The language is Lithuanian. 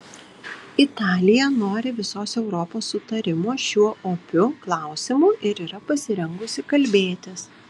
italija nori visos europos sutarimo šiuo opiu klausimu ir yra pasirengusi kalbėtis